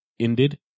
Ended